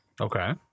Okay